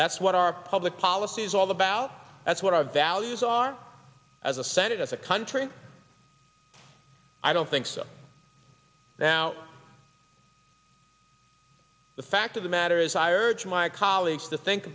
that's what our public policy is all about that's what our values are as a senate as a country i don't think so now the fact of the matter is i urge my colleagues to think